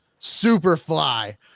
Superfly